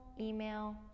email